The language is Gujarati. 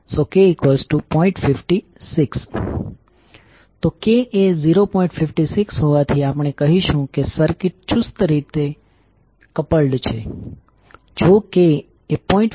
56 હોવાથી આપણે કહીશું કે સર્કિટ ચુસ્ત રીતે ટાઇટલી કપલ્ડ છે